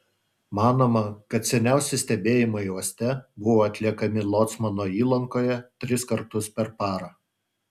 manoma kad seniausi stebėjimai uoste buvo atliekami locmano įlankoje tris kartus per parą